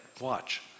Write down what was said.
Watch